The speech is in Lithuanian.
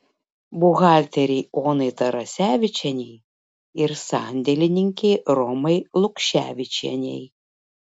buhalterei onai tarasevičienei ir sandėlininkei romai lukševičienei